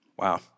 Wow